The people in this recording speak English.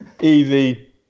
Easy